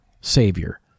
Savior